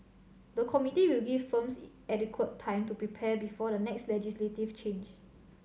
the committee will give firms adequate time to prepare before the next legislative change